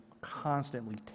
constantly